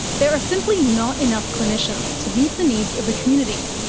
there are simply not enough clinicians to meet the needs of the community,